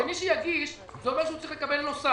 הרי מי שיגיש, זה אומר שצריך לקבל נוסף.